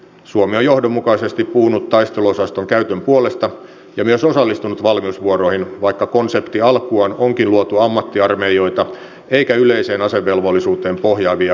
suomi on johdonmukaisesti puhunut taisteluosaston käytön puolesta ja myös osallistunut valmiusvuoroihin vaikka konsepti alkujaan onkin luotu ammattiarmeijoita eikä yleiseen asevelvollisuuteen pohjaavia reserviläisarmeijoita varten